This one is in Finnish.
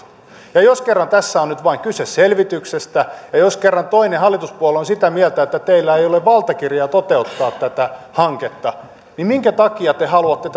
ja jos kerran tässä on nyt vain kyse selvityksestä ja jos kerran toinen hallituspuolue on sitä mieltä että teillä ei ole valtakirjaa toteuttaa tätä hanketta niin minkä takia te haluatte